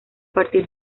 partir